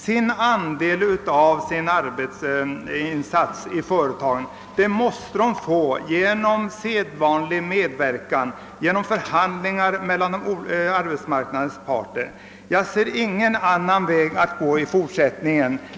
Den andel av vinsten som deras arbetsinsats i företaget berättigar dem till måste löntagarna få genom sedvanlig medverkan och genom förhandlingar mellan arbetsmarknadens parter. Jag ser ingen annan väg att gå i fortsättningen.